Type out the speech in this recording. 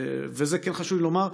ואת זה כן חשוב לי לומר,